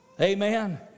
Amen